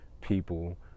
people